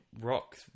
rock